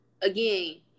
again